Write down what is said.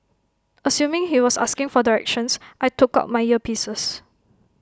assuming he was asking for directions I took out my earpieces